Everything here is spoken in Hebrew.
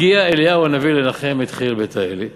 הגיע אליהו הנביא לנחם את חיאל בית האלי.